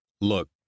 Look